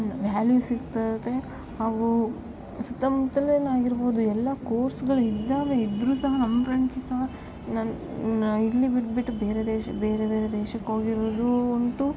value ಸಿಗ್ತದೆ ಹಾಗು ಸುತ್ತಮುತ್ತಲಿನ ಆಗಿರ್ಬೌದು ಎಲ್ಲ ಕೋರ್ಸ್ಗಳು ಇದ್ದಾವೆ ಇದ್ರು ಸಹ ನಮ್ಮ ಫ್ರೆಂಡ್ಸ್ ಸಹ ನನ್ನ ಇಲ್ಲಿ ಬಿಟ್ಟು ಬಿಟ್ಟು ಬೇರೆ ದೇಶ ಬೇರೆ ಬೇರೆ ದೇಶಕ್ಕೋಗಿರುವುದು ಉಂಟು